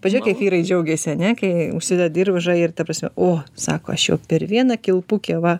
pažiūrėk kaip vyrai džiaugiasi ane kai užsideda diržą ir ta prasme o sako aš jau per vieną kilpukę va